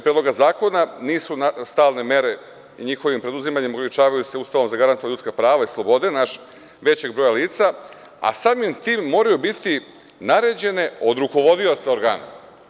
Predloga zakona nisu stalne mere, i njihovim preduzimanjem ograničavaju se Ustavom zagarantovana ljudska prava i slobode većeg broja lica, a samim tim moraju biti naređene od rukovodioca organa.